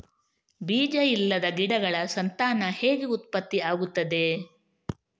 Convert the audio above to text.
ಬೀಜ ಇಲ್ಲದ ಗಿಡಗಳ ಸಂತಾನ ಹೇಗೆ ಉತ್ಪತ್ತಿ ಆಗುತ್ತದೆ?